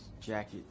jacket